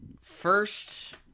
first